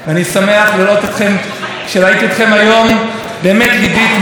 כי באמת יש בי פינה חמה כמעט לכל אחד ואחד מהיושבים בבית הזה.